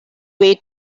way